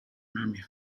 mummy